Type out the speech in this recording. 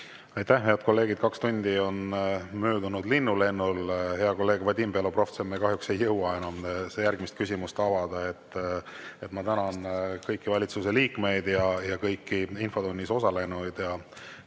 Aitäh, head kolleegid! Kaks tundi on möödunud linnulennul. Hea kolleeg Vadim Belobrovtsev, me kahjuks ei jõua enam järgmist küsimust avada. Ma tänan kõiki valitsuse liikmeid ja kõiki infotunnis osalenuid.